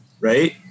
right